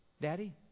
Daddy